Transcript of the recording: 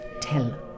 tell